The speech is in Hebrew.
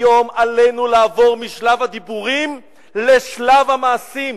היום עלינו לעבור משלב הדיבורים לשלב המעשים.